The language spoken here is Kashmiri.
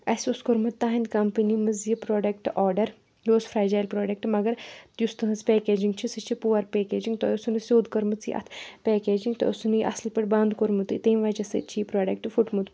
اَسہِ اوس کوٚرمُت تہنٛدِ کَمپٔنی منٛز یہِ پروڈَکٹ آرڈَر یہِ اوس فرٛیٚجایِل پرٛوڈَکٹ مگر یُس تُہٕنٛز پیکیجِنٛگ چھِ سُہ چھِ پُور پیکیجِنٛگ تۄہہِ اوسو نہٕ سیٚود کٔرمٕژے یہِ اَتھ پیکیجِنٛگ تۄہہِ اوسو نہٕ یہِ اَصٕل پٲٹھۍ بنٛد کوٚرمُتُے تمہِ وجہ سۭتۍ چھِ یہِ پرٛوڈَکٹ پھُٹمُت